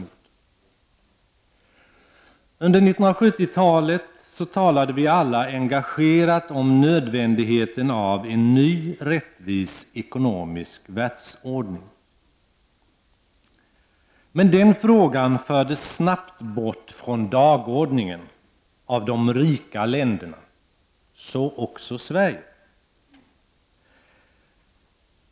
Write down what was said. Under 1970-talet talade vi alla engagerat omnödvändigheten av en ny och rättvis ekonomisk världsordning. Den frågan fördes snabbt bort från dagordningen av de rika länderna, så också av Sverige.